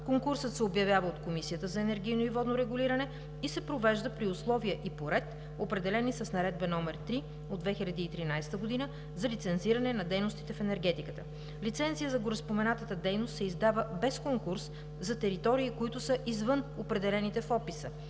Конкурсът се обявява от Комисията за енергийно и водно регулиране и се провежда при условия и по ред, определени с Наредба № 3 от 2013 г. за лицензиране на дейностите в енергетиката. Лицензия за гореспомената дейност се издава без конкурс за територии, които са извън определените в описа,